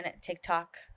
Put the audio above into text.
TikTok